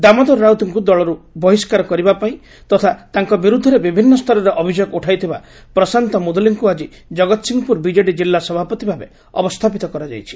ଦାମୋଦର ରାଉତଙ୍ଙୁ ଦଳରୁ ବହିଷ୍କାର କରିବା ପାଇଁ ତଥା ତାଙ୍କ ବିରୁଦ୍ଧରେ ବିଭିନ୍ନ ସ୍ତରରେ ଅଭିଯୋଗ ଉଠାଇଥିବା ପ୍ରଶାନ୍ତ ମୁଦୁଲିଙ୍କୁ ଆଜି ଜଗତସିଂହପୁର ବିଜେଡ଼ି ଜିଲ୍ଲ ସଭାପତି ଭାବେ ଅବସ୍ସାପିତ କରାଯାଇଛି